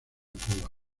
cuba